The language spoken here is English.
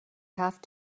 have